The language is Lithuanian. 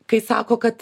kai sako kad